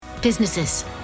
Businesses